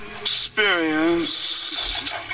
experienced